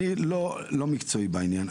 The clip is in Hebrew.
אני לא מקצועי בעניין,